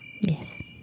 Yes